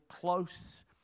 close